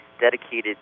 dedicated